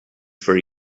for